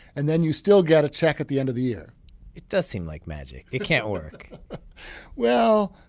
and then you still get a check at the end of the year it does seem like magic. it can't work well,